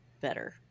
better